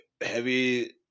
heavy